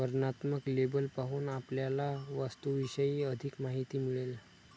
वर्णनात्मक लेबल पाहून आपल्याला वस्तूविषयी अधिक माहिती मिळेल